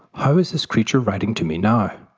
how is this creature writing to me now,